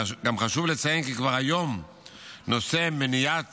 גם חשוב לציין כי כבר היום נושא מניעת